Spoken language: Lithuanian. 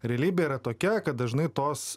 realybė yra tokia kad dažnai tos